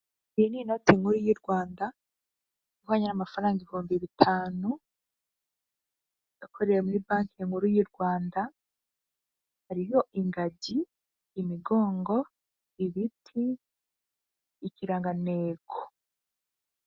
Iyi ni inoti nkuru y'u Rwanda ihwanye n'amafaranga ibihumbi bitanu yakorewe muri banki nkuru y'u Rwanda, hariho ingagi, imigongo, ibiti, ikirangantego.